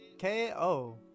KO